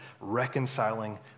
reconciling